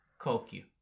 Kokyu